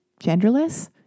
Genderless